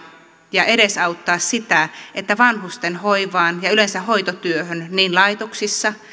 ja edesauttaa sitä että vanhusten hoivaan ja yleensä hoitotyöhön niin laitoksissa